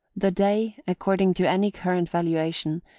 the day, according to any current valuation,